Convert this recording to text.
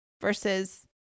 versus